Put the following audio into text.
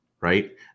Right